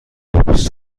بیست